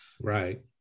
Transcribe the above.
right